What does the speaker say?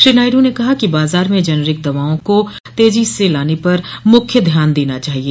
श्री नायडू ने कहा कि बाजार में जेनेरिक दवाओं को तेजी से लाने पर मुख्य ध्यान देना चाहिए